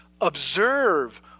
observe